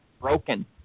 broken